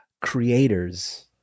creators